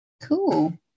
cool